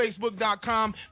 Facebook.com